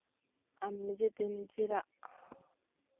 ᱟᱢ ᱱᱤᱡᱮᱛᱮ ᱱᱤᱡᱮᱨᱟᱜ